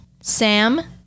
Sam